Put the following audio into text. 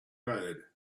road